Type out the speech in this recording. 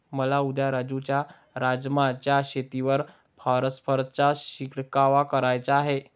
मला उद्या राजू च्या राजमा च्या शेतीवर फॉस्फरसचा शिडकाव करायचा आहे